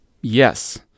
yes